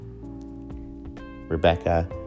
Rebecca